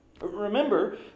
Remember